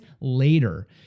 later